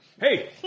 hey